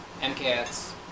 MKX